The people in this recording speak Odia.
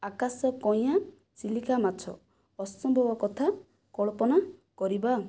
ଆକାଶ କୟାଁ ଚିଲିକା ମାଛ ଅସମ୍ଭବ କଥା କଳ୍ପନା କରିବା